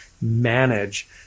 manage